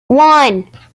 one